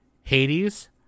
Hades